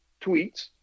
tweets